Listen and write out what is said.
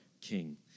King